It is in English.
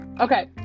Okay